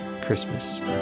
Christmas